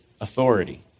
authority